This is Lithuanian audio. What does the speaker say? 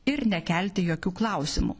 ir nekelti jokių klausimų